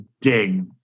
dig